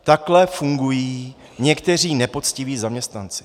Takhle fungují někteří nepoctiví zaměstnanci.